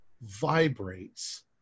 vibrates